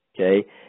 okay